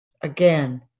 Again